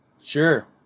Sure